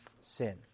sin